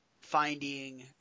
finding